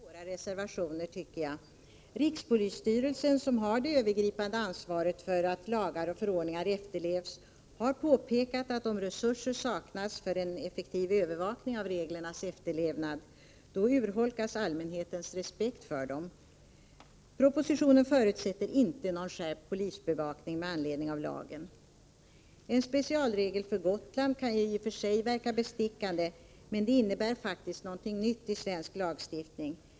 Herr talman! Jag tycker att Tyra Johanssons anförande andas en viss förståelse för våra reservationer. Rikspolisstyrelsen, som har det övergripande ansvaret för att lagar och förordningar efterlevs, har påpekat att om resurser saknas för en effektiv övervakning av reglernas efterlevnad, urholkas allmänhetens respekt för dem. I propositionen förutsätts inte någon skärpt polisbevakning med anledning av lagen. En specialregel för Gotland kan i och för sig verka bestickande, men det innebär faktiskt något nytt i svensk lagstiftning.